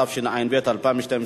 התשע"ב 2012,